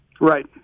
Right